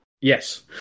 Yes